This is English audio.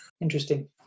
Interesting